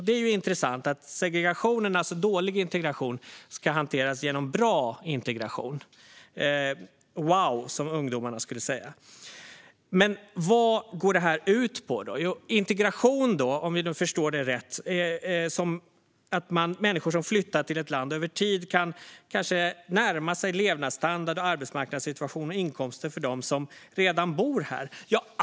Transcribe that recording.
Det är intressant att segregationen, alltså dålig integration, ska hanteras genom bra integration. Wow! - som ungdomarna skulle säga. Vad går det här ut på då? När det gäller integration - om vi förstår det rätt - kan människor som flyttar till vårt land över tid närma sig levnadsstandard, arbetsmarknadssituation och inkomster för de som redan bor här.